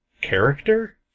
character